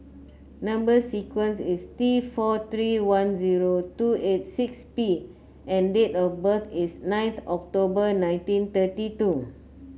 number sequence is T four three one zero two eight six P and date of birth is ninth October nineteen thirty two